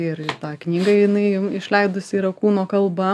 ir tą knygą jinai išleidusi yra kūno kalba